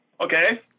okay